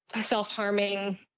self-harming